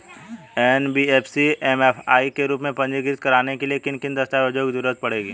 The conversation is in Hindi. एन.बी.एफ.सी एम.एफ.आई के रूप में पंजीकृत कराने के लिए किन किन दस्तावेजों की जरूरत पड़ेगी?